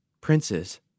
princes